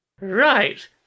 Right